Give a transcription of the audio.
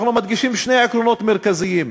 אנחנו מדגישים שני עקרונות מרכזיים.